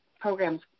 programs